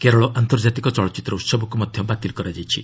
କେରଳ ଆନ୍ତର୍ଜାତିକ ଚଳଚ୍ଚିତ୍ର ଉତ୍ସବକୁ ମଧ୍ୟ ବାତିଲ୍ କରାଯାଇଛି